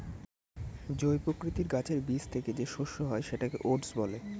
জই প্রকৃতির গাছের বীজ থেকে যে শস্য হয় সেটাকে ওটস